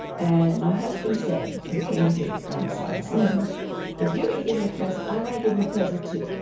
and my husband said who came with me to dharamsala said if you're going to give him a present, i want to give him a present too.